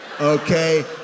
Okay